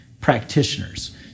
practitioners